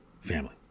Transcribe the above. family